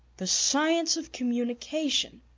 the science of communication!